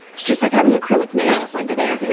it's just like having acrylic nails under there, you know